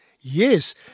Yes